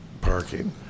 parking